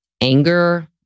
anger